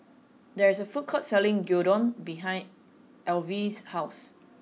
there is a food court selling Gyudon behind Alyvia's house